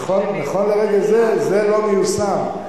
נכון לרגע זה, זה לא מיושם.